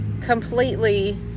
completely